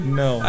no